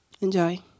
Enjoy